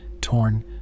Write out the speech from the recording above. torn